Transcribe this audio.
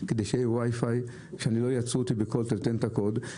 עם וואי-פיי כדי שלא יעצרו אותי ויבקשו את הקוד.